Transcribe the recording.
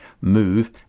move